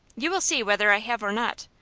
you will see whether i have or not.